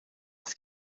است